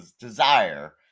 desire